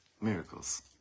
miracles